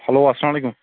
hello اسلام علیکُم